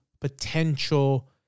potential